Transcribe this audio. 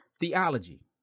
theology